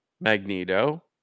Magneto